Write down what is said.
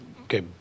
Okay